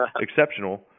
exceptional